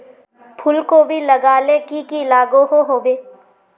फूलकोबी लगाले की की लागोहो होबे?